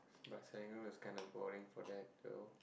but Serangoon is kinda boring for that though